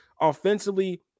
offensively